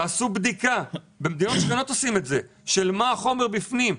תעשו בדיקה במדינות שכנות עושים את זה של מה החומר בפנים,